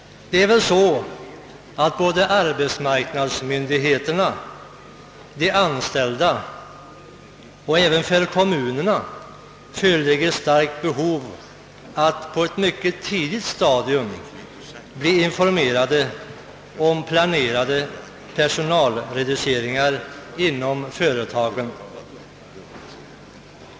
Det är väl så att det såväl för arbetsmarknadsmyndigheterna som för de anställda och även för kommunerna föreligger ett starkt behov av att på ett mycket tidigt stadium bli informerade om planerade personalreduceringar inom företaget.